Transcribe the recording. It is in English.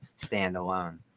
standalone